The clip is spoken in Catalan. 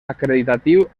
acreditatiu